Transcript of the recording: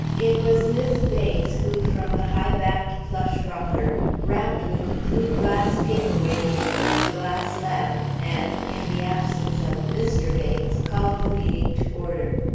it was mis' bates, who, from the high-backed plush rocker, rapped with the blue glass paperweight on the red glass lamp and, in the absence of mr. bates, called the meeting to order.